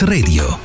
Radio